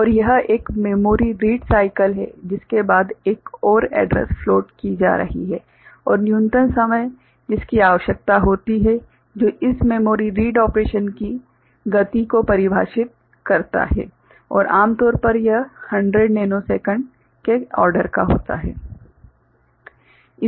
और यह एक मेमोरी रीड साइकल है जिसके बाद एक और एड्रेस फ्लोट की जा सकती है और न्यूनतम समय जिसकी आवश्यकता होती है जो इस मेमोरी रीड ऑपरेशन की गति को परिभाषित करता है और आमतौर पर यह 100 नैनोसेकंड के क्रम का होता है